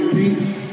peace